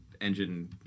engine